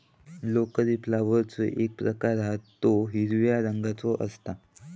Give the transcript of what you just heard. broccoli फ्लॉवरचो एक प्रकार हा तो हिरव्या रंगाचो असता